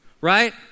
right